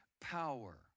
power